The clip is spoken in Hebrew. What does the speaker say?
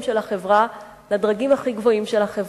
של החברה לדרגים הכי גבוהים של החברה.